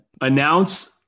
announce